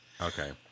Okay